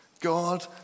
God